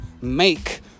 make